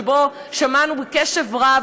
שבו שמענו בקשב רב,